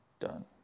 Done